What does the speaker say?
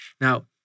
Now